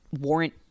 Warrant